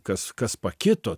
kas kas pakito